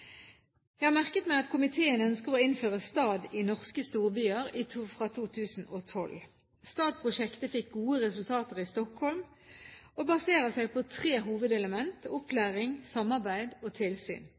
Jeg har merket meg at komiteen ønsker å innføre STAD i norske storbyer fra 2012. STAD-prosjektet fikk gode resultater i Stockholm. Det baserer seg på tre